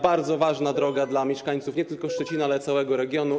Bardzo ważna droga dla mieszkańców nie tylko Szczecina, lecz także całego regionu.